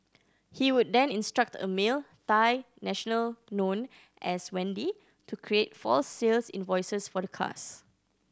he would then instruct a male Thai national known as Wendy to create false sales invoices for the cars